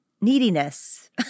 neediness